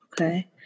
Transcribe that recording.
okay